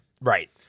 Right